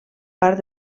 part